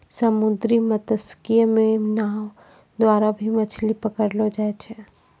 समुन्द्री मत्स्यिकी मे नाँव द्वारा भी मछली पकड़लो जाय छै